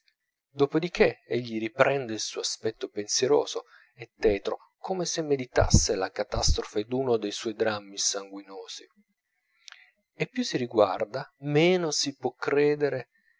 di che egli riprende il suo aspetto pensieroso e tetro come se meditasse la catastrofe d'uno dei suoi drammi sanguinosi e più si guarda meno si può credere